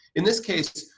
in this case,